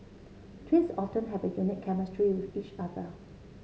twins often have a unique chemistry with each other